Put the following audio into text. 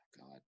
God